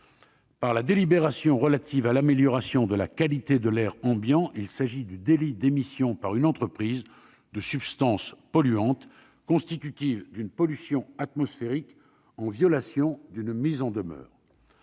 par la délibération relative à l'amélioration de la qualité de l'air ambiant ; il s'agit du délit d'émission, par une entreprise, de substances polluantes constitutives d'une pollution atmosphérique, en violation d'une mise en demeure.